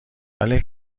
ولی